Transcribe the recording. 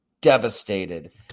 devastated